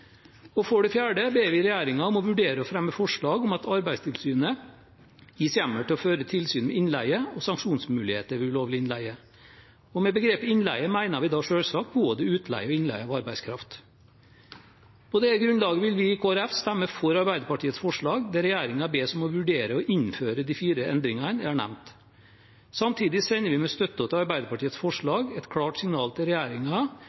Og for det fjerde ber vi regjeringen om å vurdere å fremme forslag om at Arbeidstilsynet gis hjemmel til å føre tilsyn med innleie og sanksjonsmuligheter ved ulovlig innleie. Med begrepet «innleie» mener vi selvsagt både utleie og innleie av arbeidskraft. På dette grunnlaget vil vi i Kristelig Folkeparti stemme for Arbeiderpartiets forslag der regjeringen bes om å vurdere å innføre de fire endringene jeg har nevnt. Samtidig sender vi med vår støtte til Arbeiderpartiets forslag et klart signal til